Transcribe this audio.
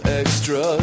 extra